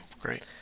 great